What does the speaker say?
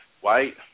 white